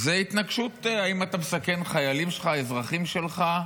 זו התנגשות, אם אתה מסכן חיילים שלך, אזרחים שלך,